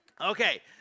Okay